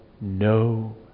no